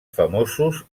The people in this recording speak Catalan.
famosos